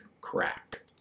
crack